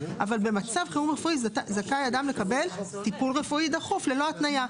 אבל במצב חירום רפואי זכאי אדם לקבל טיפול רפואי דחוף ללא התניה.